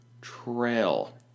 trail